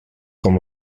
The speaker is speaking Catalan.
com